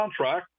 soundtrack